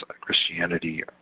Christianity